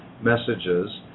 messages